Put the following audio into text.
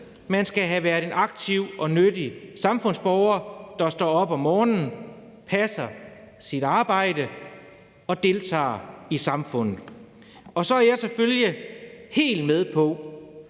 man skal have været en aktiv og nyttig samfundsborger, der står op om morgenen, passer sit arbejde og deltager i samfundet. Så er jeg selvfølgelig helt med på,